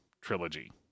trilogy